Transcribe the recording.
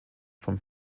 from